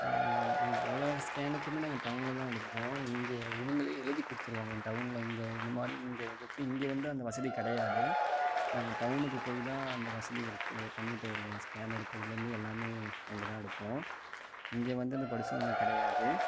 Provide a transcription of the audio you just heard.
எல்லா ஸ்கேனுக்கும் நாங்கள் டவுனில் தான் எடுப்போம் இங்கே இவங்களே எழுதி கொடுத்துடுவாங்க டவுனில் இங்கே இதுமாதிரி இங்கே இதுக்கு இங்கே வந்து அதுக்கு வசதி கிடையாது நாங்கள் டவுனுக்கு போய் தான் அந்த வசதிகள் பண்ணிவிட்டு வருவோம் ஸ்கேன் எடுக்கிறதுலேருந்து எல்லாம் அங்கே தான் எடுப்போம் இங்கே வந்து அந்த பரிசோதனை கிடையாது